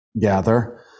gather